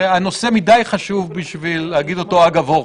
הנושא מדי חשוב בשביל להגיד אותו אגב אורחא.